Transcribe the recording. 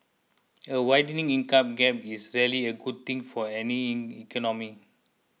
a widening income gap is rarely a good thing for any in economy